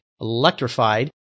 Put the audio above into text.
Electrified